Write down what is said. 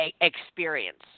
experience